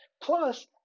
Plus